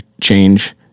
change